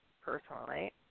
personally